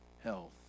health